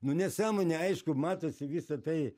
nu nesąmonė aišku matosi visa tai